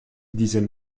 disait